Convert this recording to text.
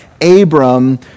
Abram